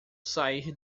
sair